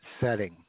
setting